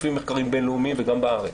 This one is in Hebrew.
לפי המחקרים הבין-לאומיים וגם בארץ.